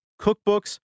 Cookbooks